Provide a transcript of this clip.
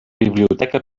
biblioteca